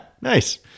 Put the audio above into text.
nice